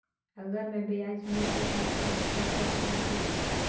अगर मै ब्याज नी चुकाय पाहुं ता कौन हो ही?